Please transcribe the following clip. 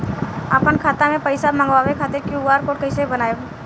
आपन खाता मे पईसा मँगवावे खातिर क्यू.आर कोड कईसे बनाएम?